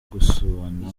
gusabana